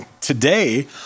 Today